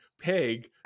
peg